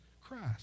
Christ